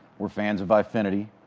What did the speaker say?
we're fans of eyefinity.